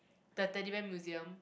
the Teddy Bear Museum